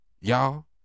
Y'all